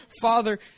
Father